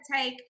take